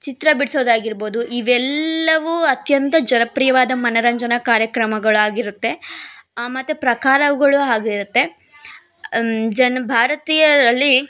ಚಿತ್ರ ಬಿಡಿಸೋದಾಗಿರ್ಬೋದು ಇವೆಲ್ಲವೂ ಅತ್ಯಂತ ಜನಪ್ರಿಯವಾದ ಮನರಂಜನಾ ಕಾರ್ಯಕ್ರಮಗಳಾಗಿರುತ್ತೆ ಮತ್ತು ಪ್ರಕಾರಗಳು ಆಗಿರುತ್ತೆ ಜನ ಭಾರತೀಯರಲ್ಲಿ